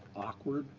awkward.